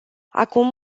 acum